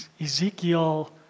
Ezekiel